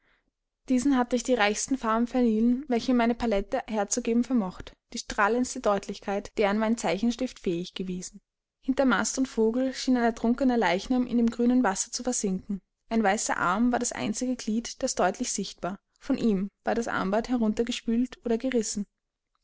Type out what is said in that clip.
diesen hatte ich die reichsten farben verliehen welche meine palette herzugeben vermocht die strahlendste deutlichkeit deren mein zeichenstift fähig gewesen hinter mast und vogel schien ein ertrunkener leichnam in dem grünen wasser zu versinken ein weißer arm war das einzige glied das deutlich sichtbar von ihm war das armband herunter gespült oder gerissen